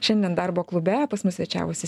šiandien darbo klube pas mus svečiavosi